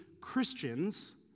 Christians